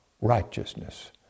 righteousness